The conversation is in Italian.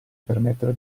permettano